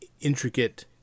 intricate